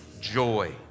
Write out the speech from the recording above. joy